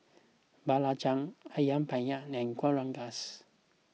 Belacan Ayam Penyet and Kueh Rengas